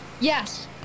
Yes